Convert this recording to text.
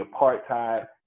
apartheid